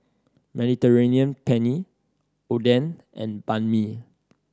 Mediterranean Penne Oden and Banh Mi